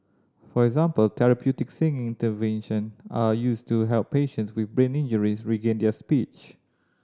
for example therapeutic singing interventions are used to help patients with brain injuries regain their speech